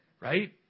right